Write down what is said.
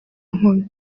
nkomyi